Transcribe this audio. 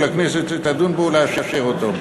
ולכנסת לדון בו ולאשר אותו,